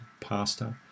pasta